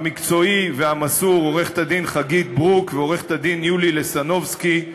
המקצועי והמסור: עורכת-הדין חגית ברוק ועורכת-הדין יולי לסנובסקי,